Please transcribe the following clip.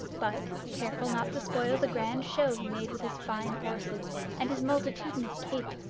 but, careful not to spoil the grand show he made with his fine horses and his multitudinous cape,